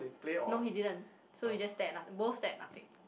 no he didn't so we just stare at noth~ both stare at nothing